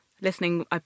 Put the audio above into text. listening